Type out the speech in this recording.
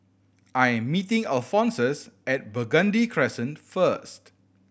I am meeting Alphonsus at Burgundy Crescent first